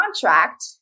contract